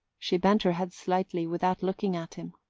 she bent her head slightly, without looking at him.